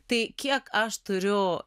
tai kiek aš turiu